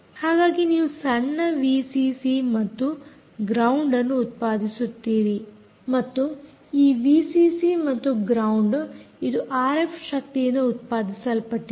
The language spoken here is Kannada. ಹಾಗಾಗಿ ನೀವು ಸಣ್ಣ ಮತ್ತು ಗ್ರೌಂಡ್ ಅನ್ನು ಉತ್ಪಾದಿಸುತ್ತೀರಿ ಮತ್ತು ಈ ಮತ್ತು ಗ್ರೌಂಡ್ ಇದು ಆರ್ಎಫ್ ಶಕ್ತಿಯಿಂದ ಉತ್ಪಾದಿಸಲ್ಪಟ್ಟಿದೆ